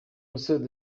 musore